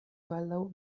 baldaŭ